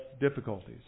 difficulties